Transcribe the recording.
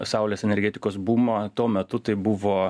saulės energetikos bumą tuo metu tai buvo